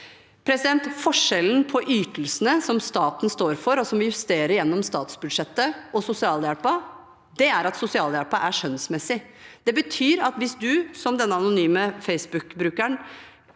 Forskjellen på ytelsene som staten står for, og som vi justerer gjennom statsbudsjettet, og sosialhjelpen, er at sosialhjelpen er skjønnsmessig. Det betyr at hvis du, som denne anonyme Facebook-brukeren,